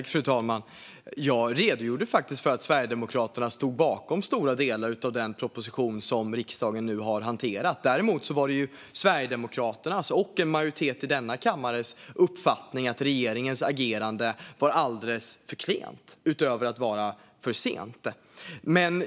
Fru talman! Jag redogjorde faktiskt för att Sverigedemokraterna stod bakom stora delar av den proposition som riksdagen nu har hanterat. Däremot var det Sverigedemokraternas uppfattning, vilken delades av en majoritet i denna kammare, att regeringens agerande var alldeles för klent - utöver att vara för sent.